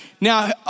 Now